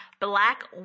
black